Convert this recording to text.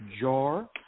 jar